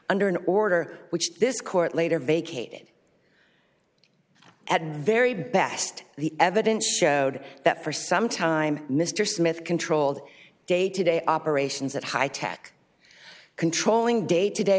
under an order which this court later vacated at the very best the evidence showed that for some time mr smith controlled day to day operations that high tech controlling day to day